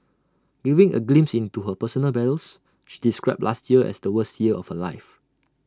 giving A glimpse into her personal battles she described last year as the worst year of her life